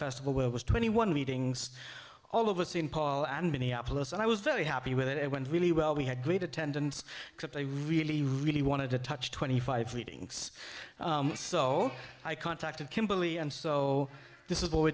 festival where it was twenty one meetings all over st paul and minneapolis and i was very happy with it it went really well we had great attendance except i really really wanted to touch twenty five readings so i contacted kimberly and so this is what we're